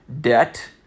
debt